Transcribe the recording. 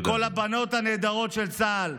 כל הבנות הנהדרות של צה"ל,